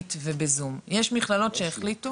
פרונטלית ובזום, יש מכללות שהחליטו